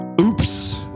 Oops